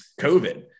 COVID